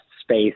space